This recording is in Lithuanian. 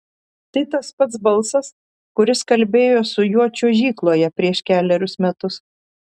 tai tas pats balsas kuris kalbėjo su juo čiuožykloje prieš kelerius metus